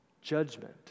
judgment